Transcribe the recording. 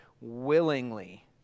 willingly